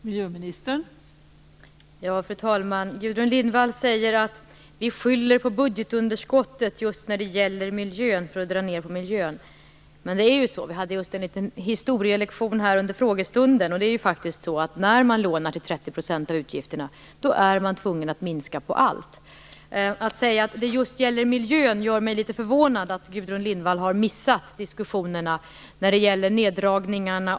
Fru talman! Gudrun Lindvall säger att vi skyller på budgetunderskottet just när det gäller miljön. Vi hade en liten historielektion här under frågestunden, och det är ju så att när man lånar till 30 % av utgifterna är man tvungen att minska på allt. Gudrun Lindvall säger att det just gäller miljön. Det gör mig litet förvånad att Gudrun Lindvall har missat diskussionerna när det gäller neddragningarna.